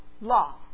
law